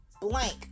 Blank